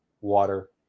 water